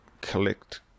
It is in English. collect